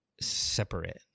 separate